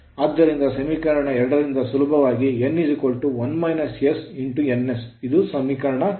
ಆದ್ದರಿಂದ ಸಮೀಕರಣ 2 ರಿಂದ ಸುಲಭವಾಗಿ n 1 - s ns ಇದು ಸಮೀಕರಣ 3